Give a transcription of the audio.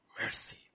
mercy